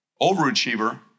overachiever